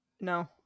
no